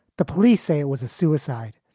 the police say it was a suicide.